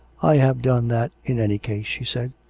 i have done that in any case, she said.